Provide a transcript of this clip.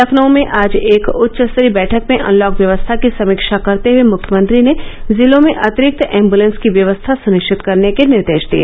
लखनऊ में आज एक उच्च स्तरीय बैठक में अनलॉक व्यवस्था की समीक्षा करते हुए मुख्यमंत्री ने जिलों में अतिरिक्त एम्बुलेंस की व्यवस्था सुनिश्चित करने के निर्देश दिए